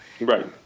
Right